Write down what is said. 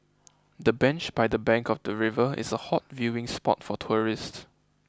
the bench by the bank of the river is a hot viewing spot for tourists